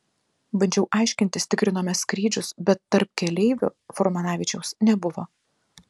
bandžiau aiškintis tikrinome skrydžius bet tarp keleivių furmanavičiaus nebuvo